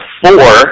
four